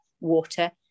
water